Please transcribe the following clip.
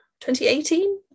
2018